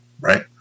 Right